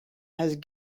had